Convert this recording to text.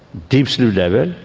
deep sleep level,